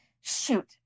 shoot